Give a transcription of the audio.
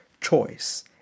choice